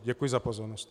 Děkuji za pozornost.